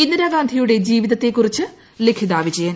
ഇന്ദിരാഗാന്ധിയുടെ ജീവിതത്തെ കുറിച്ച് ലിഖിത വിജയൻ